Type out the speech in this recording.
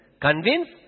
convince